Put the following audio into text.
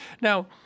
Now